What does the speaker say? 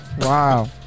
Wow